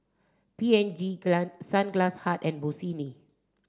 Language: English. P and G Sunglass Hut and Bossini